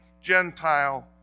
Gentile